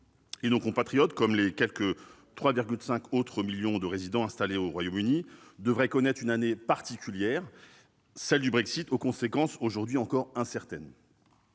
Nos compatriotes, comme les quelque 3,5 autres millions de résidents étrangers installés au Royaume-Uni, devraient connaître une année particulière, celle du Brexit, aux conséquences aujourd'hui encore incertaines.